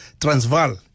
Transvaal